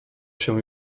się